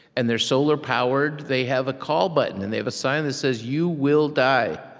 and they're solar-powered. they have a call button. and they have a sign that says, you will die.